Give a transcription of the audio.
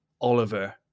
Oliver